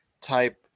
type